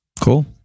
Cool